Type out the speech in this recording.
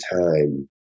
time